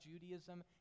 Judaism